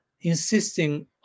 insisting